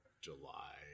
july